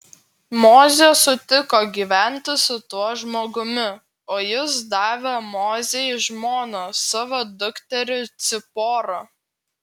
mozė sutiko gyventi su tuo žmogumi o jis davė mozei žmona savo dukterį ciporą